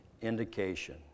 indication